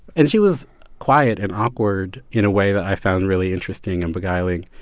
and she was quiet and awkward in a way that i found really interesting and beguiling.